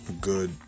good